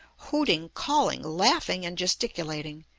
hooting, calling, laughing, and gesticulating,